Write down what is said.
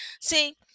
See